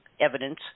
evidence